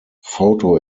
photo